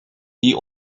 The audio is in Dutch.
die